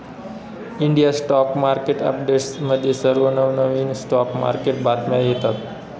India stock market अपडेट्समध्ये सर्व नवनवीन स्टॉक मार्केट बातम्या येतात